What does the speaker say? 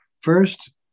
first